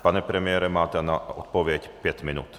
Pane premiére, máte na odpověď pět minut.